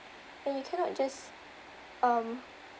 and you cannot just um